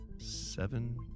Seven